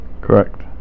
Correct